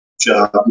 job